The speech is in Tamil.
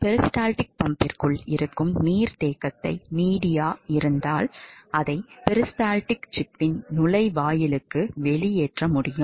பெரிஸ்டால்டிக் பம்பிற்குள் இருக்கும் நீர்த்தேக்கத்தில் மீடியா இருந்தால் அதை மைக்ரோஃப்ளூய்டிக் சிப்பின் நுழைவாயிலுக்கு வெளியேற்ற முடியும்